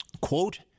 Quote